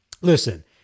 Listen